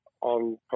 on